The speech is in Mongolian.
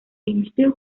эмэгтэй